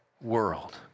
world